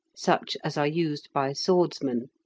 such as are used by swordsmen,